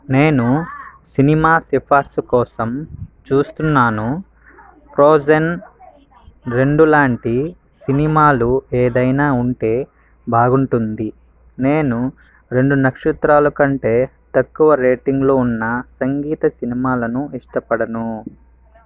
నేను సినిమా సిఫార్సు కోసం చూస్తున్నాను ఫ్రోజెన్ రెండు లాంటి సినిమాలు ఏదైనా ఉంటే బాగుంటుంది నేను రెండు నక్షత్రాలు కంటే తక్కువ రేటింగ్లు ఉన్న సంగీత సినిమాలను ఇష్టపడను